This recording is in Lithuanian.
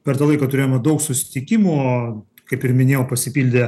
per tą laiką turėjome daug susitikimų kaip ir minėjau pasipildė